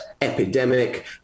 epidemic